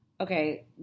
Okay